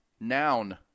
noun